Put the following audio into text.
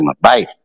Bye